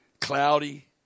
cloudy